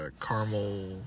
caramel